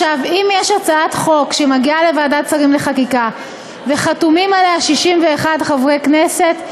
אם יש הצעת חוק שמגיעה לוועדת שרים לחקיקה וחתומים עליה 61 חברי כנסת,